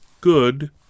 good